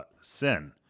sin